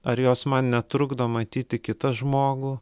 ar jos man netrukdo matyti kitą žmogų